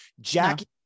Jackie